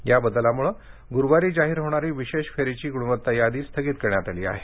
या बदलामुळे गुरुवारी जाहीर होणारी विशेष फेरीची गुणवत्ता यादी स्थगित करण्यात आली आहे